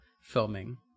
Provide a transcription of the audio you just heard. filming